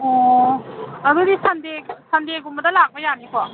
ꯑꯣ ꯑꯗꯨꯗꯤ ꯁꯟꯗꯦ ꯁꯟꯗꯦꯒꯨꯝꯕꯗ ꯂꯥꯛꯄ ꯌꯥꯅꯤꯀꯣ ꯑꯣ